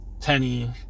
Tenny